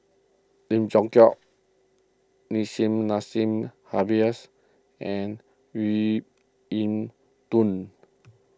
Lim Leong Geok Nissim Nassim Adis and Yiu in Tung